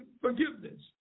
forgiveness